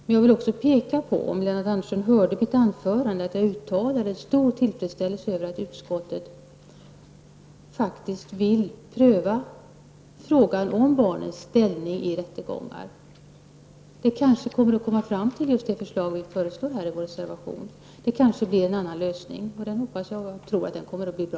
Om Lennart Andersson lyssnade hörde han att jag i mitt anförande uttalade stor tillfredsställelse över att utskottet faktiskt nu vill pröva frågan om barnens ställning i rättegångar. Utskottet kanske kommer fram till det vi föreslår i reservationen. Det kanske blir en annan lösning. Den hoppas jag, och tror, kommer att bli bra.